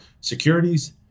securities